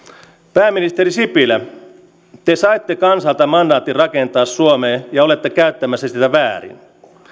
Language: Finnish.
pääministeri sipilä te saitte kansalta mandaatin rakentaa suomea ja olette käyttämässä sitä väärin